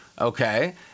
Okay